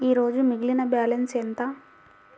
ఈరోజు మిగిలిన బ్యాలెన్స్ ఎంత?